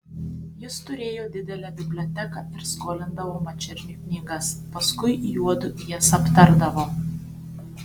jis turėjo didelę biblioteką ir skolindavo mačerniui knygas paskui juodu jas aptardavo